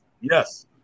Yes